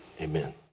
amen